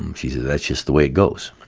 um she said, that's just the way it goes.